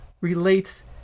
relates